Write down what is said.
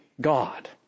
God